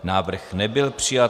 Návrh nebyl přijat.